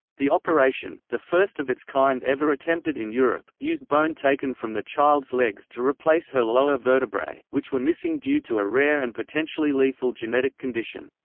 the operation, the first of its kind ever attempted in europe, used bone taken from the child's legs to replace her lower vertebrae, which were missing due to a rare and potentially lethal genetic condition.